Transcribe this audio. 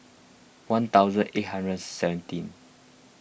one thousand eight hundred seventeen